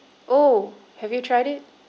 oh have you tried it